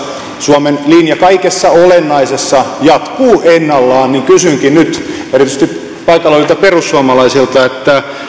suomen linja kaikessa olennaisessa jatkuu ennallaan erityisesti paikalla olevilta perussuomalaisilta